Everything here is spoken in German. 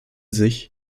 sich